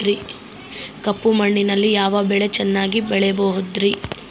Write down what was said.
ಕಪ್ಪು ಮಣ್ಣಿನಲ್ಲಿ ಯಾವ ಬೆಳೆ ಚೆನ್ನಾಗಿ ಬೆಳೆಯಬಹುದ್ರಿ?